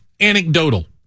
anecdotal